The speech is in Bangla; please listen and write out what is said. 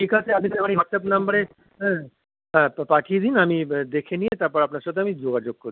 ঠিক আছে আপনি তাহলে আমার এই হোয়াটস্যাপ নম্বরে হ্যাঁ হ্যাঁ পাঠিয়ে দিন আমি দেখে নিয়ে তারপর আপনার সাথে আমি যোগাযোগ করছি